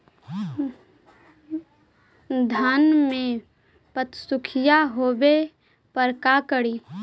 धान मे पत्सुखीया होबे पर का करि?